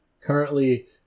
Currently